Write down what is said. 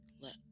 let